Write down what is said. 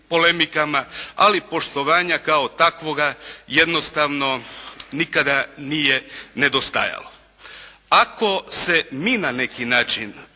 ali poštovanja kao takvoga jednostavno nikada nije nedostajalo. Ako se mi na neki način